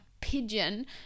pigeon